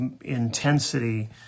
intensity